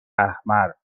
احمر